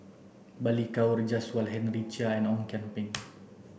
Balli Kaur Jaswal Henry Chia and Ong Kian Peng